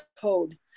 code